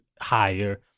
higher